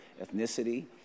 ethnicity